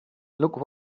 look